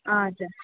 ಹಾಂ ಸರ್